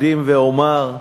ואומר: